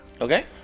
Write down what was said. Okay